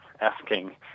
asking